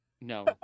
No